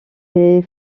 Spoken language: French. les